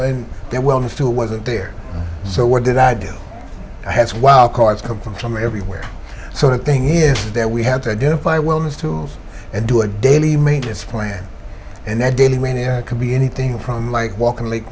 and that wellness too wasn't there so what did i do has wild cards come from everywhere so the thing is that we have to identify wellness tools and do a daily maintenance plan and that daily mania can be anything from like walking like